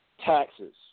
taxes